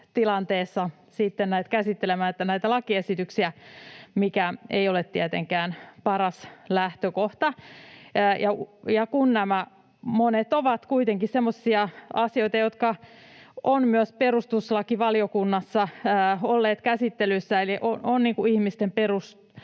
tilanteessa sitten käsittelemään näitä lakiesityksiä, mikä ei ole tietenkään paras lähtökohta. Nämä monet ovat kuitenkin semmoisia asioita, jotka ovat myös perustuslakivaliokunnassa olleet käsittelyssä eli ovat niin kuin